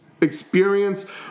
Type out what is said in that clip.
Experience